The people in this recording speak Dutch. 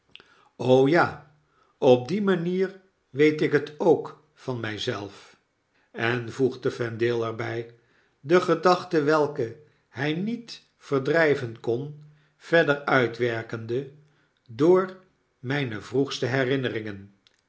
ja op die manier weet ik het ook van mij zelf en voegde vendale er by de gedachte welke hy niet verdryven kon verderuitwerkende w door myne vroegste herinneringen